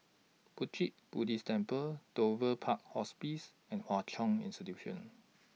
Puat Jit Buddhist Temple Dover Park Hospice and Hwa Chong Institution